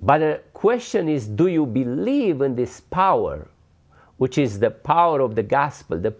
by the question is do you believe in this power which is the power of the gospel the